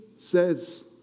says